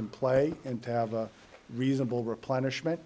in play and to have a reasonable reply nish meant